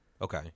Okay